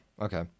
okay